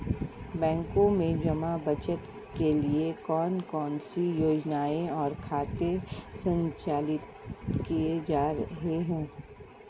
बैंकों में जमा बचत के लिए कौन कौन सी योजनाएं और खाते संचालित किए जा रहे हैं?